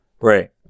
Right